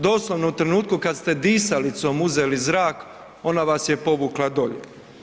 Doslovno u trenutku kada ste disalicom uzeli zrak ona vas je povukla dolje.